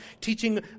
teaching